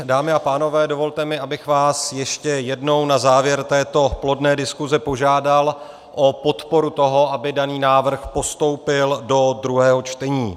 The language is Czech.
Dámy a pánové, dovolte mi, abych vás ještě jednou na závěr této plodné diskuse požádal o podporu toho, aby daný návrh postoupil do druhého čtení.